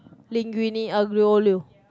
linguine aglio-olio